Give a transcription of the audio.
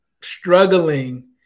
struggling